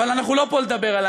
אבל אנחנו לא פה לדבר עלי,